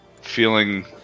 feeling